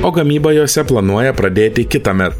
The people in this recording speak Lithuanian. o gamybą jose planuoja pradėti kitąmet